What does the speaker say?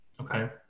Okay